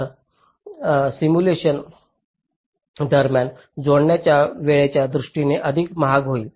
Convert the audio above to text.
तर सिम्युलेशन दरम्यान मोजण्याच्या वेळेच्या दृष्टीने हे अधिक महाग होईल